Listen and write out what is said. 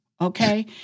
Okay